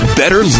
better